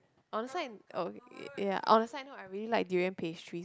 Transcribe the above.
on a side oh ya on a side note I really like durian pastries